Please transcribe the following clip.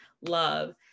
Love